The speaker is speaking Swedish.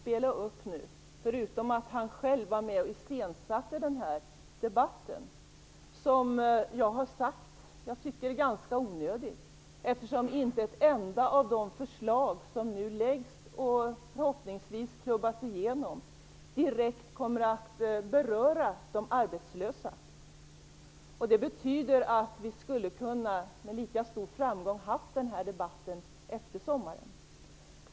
Per Unckel var själv med och iscensatte den här debatten som jag har sagt att jag tycker är ganska onödig, eftersom inte ett enda av de förslag som nu läggs fram och förhoppningsvis klubbas igenom direkt kommer att beröra de arbetslösa. Det betyder att vi med lika stor framgång skulle ha kunnat föra den här debatten efter sommaren.